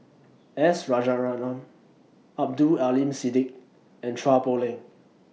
S Rajaratnam Abdul Aleem Siddique and Chua Poh Leng